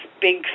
big